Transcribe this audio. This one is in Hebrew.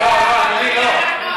לא לא, אדוני, לא.